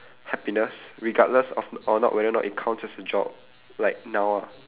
happiness regardless of or not whether or not it counts as a job like now ah